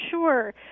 Sure